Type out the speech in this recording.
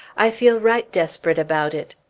i feel right desperate about it.